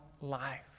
life